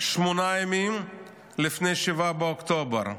שמונה ימים לפני 7 באוקטובר,